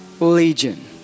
legion